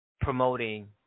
promoting